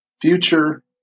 future